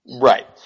right